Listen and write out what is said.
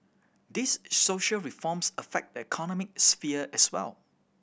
these social reforms affect the economic sphere as well